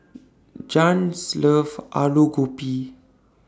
Jann's loves Alu Gobi